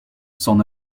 s’en